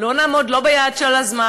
לא נעמוד ביעד הזמן,